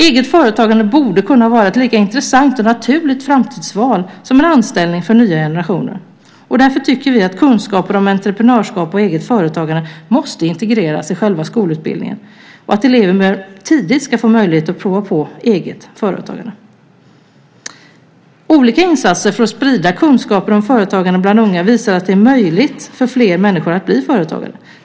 Eget företagande borde kunna vara ett lika intressant och naturligt framtidsval som en anställning för nya generationer. Därför tycker vi att kunskaper om entreprenörskap och eget företagande måste integreras i själva skolutbildningen och att eleverna tidigt ska få möjlighet att prova på eget företagande. Olika insatser för att sprida kunskaper om företagande bland unga visar att det är möjligt för fler människor att bli företagare.